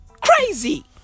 Crazy